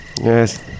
Yes